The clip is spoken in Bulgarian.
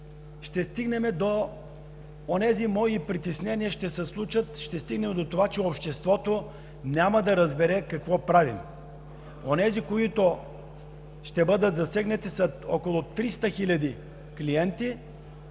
ще стигнем до това, че обществото няма да разбере какво правим.